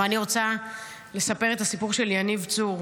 אני רוצה לספר את הסיפור של יניב צור.